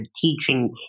teaching